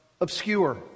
obscure